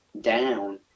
down